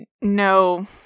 no